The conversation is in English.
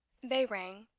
they rang.